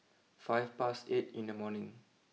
five past eight in the morning